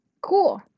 Cool